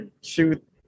shoot